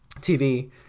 tv